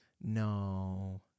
no